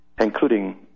including